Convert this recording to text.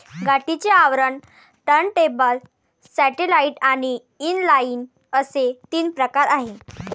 गाठीचे आवरण, turntable, satellite आणि इनलाइन असे तीन प्रकार आहे